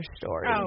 Story